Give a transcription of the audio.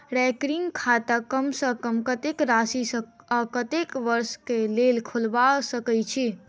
recurring खाता कम सँ कम कत्तेक राशि सऽ आ कत्तेक वर्ष कऽ लेल खोलबा सकय छी